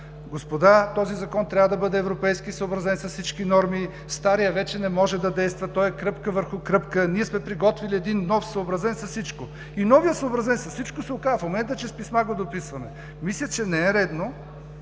„Господа, този закон трябва да бъде европейски, съобразен с всички норми. Старият вече не може да действа. Той е кръпка върху кръпка. Ние сме приготвили един нов, съобразен с всичко“. И новият, съобразен с всичко, се оказва в момента, че с писма го дописваме. Мисля, че не е редно